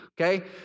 Okay